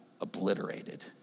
obliterated